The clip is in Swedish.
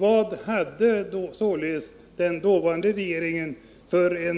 Vad hade den dåvarande regeringen för